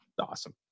awesome